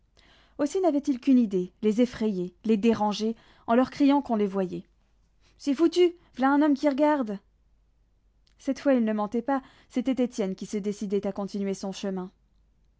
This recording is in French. aussi n'avait-il qu'une idée les effrayer les déranger en leur criant qu'on les voyait c'est foutu v'là un homme qui regarde cette fois il ne mentait pas c'était étienne qui se décidait à continuer son chemin